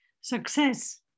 Success